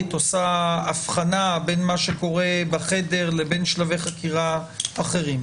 עושה הבחנה בין מה שקורה בחדר לבין שלבי חקירה אחרים.